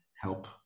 help